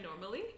normally